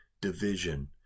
division